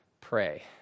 pray